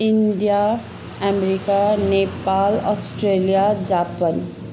India America Nepal Australia Japan